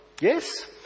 Yes